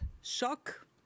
shock